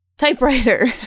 typewriter